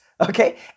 okay